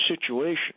situation